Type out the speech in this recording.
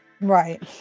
Right